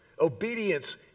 Obedience